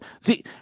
see